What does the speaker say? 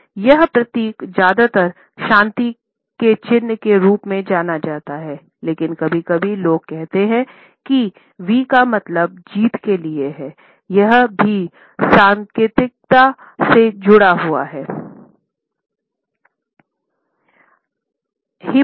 यहाँ प्रतीक ज्यादातर शांति के चिन्ह के रूप में जाना जाता है लेकिन कभी कभी लोग कहते हैं कि वी का मतलब जीत के लिए है यह भी सांकेतिकता से जुड़ना है